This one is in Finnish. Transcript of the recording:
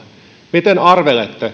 miten arvelette